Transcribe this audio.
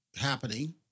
happening